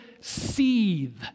seethe